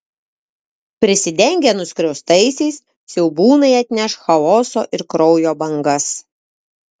prisidengę nuskriaustaisiais siaubūnai atneš chaoso ir kraujo bangas